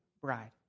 bride